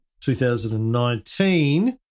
2019